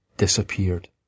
disappeared